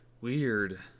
Weird